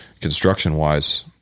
construction-wise